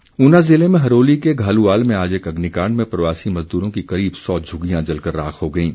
आग ऊना ज़िले में हरोली के घालूवाल में आज एक अग्निकाण्ड में प्रवासी मज़दूरों की करीब सौ झुग्गियां जलकर राख हो गईं